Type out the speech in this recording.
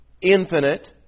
infinite